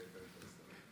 חבריי חברי הכנסת,